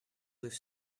with